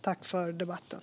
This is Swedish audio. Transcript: Tack för debatten!